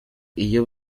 iyo